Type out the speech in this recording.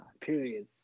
periods